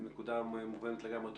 נקודה מובנת לגמרי.